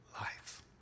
life